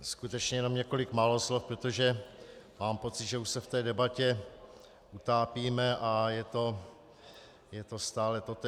Skutečně jenom několik málo slov, protože mám pocit, že už se v té debatě utápíme a je to stále totéž.